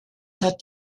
hat